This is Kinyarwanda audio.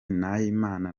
nahimana